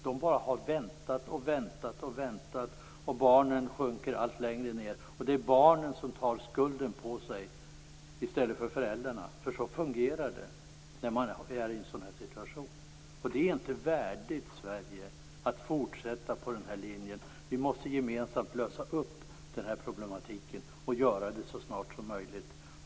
De har bara väntat och väntat medan barnens psykiska hälsa blir allt sämre. Det är barnen i stället för föräldrarna som tar på sig skulden. Så fungerar det när man befinner sig i en sådan här situation. Det är inte värdigt Sverige att fortsätta på den linjen. Vi måste gemensamt lösa dessa problem så snart som möjligt.